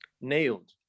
nailed